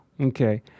Okay